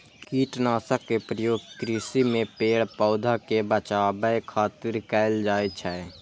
कीटनाशक के प्रयोग कृषि मे पेड़, पौधा कें बचाबै खातिर कैल जाइ छै